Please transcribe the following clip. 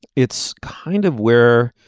it's kind of where